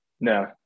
No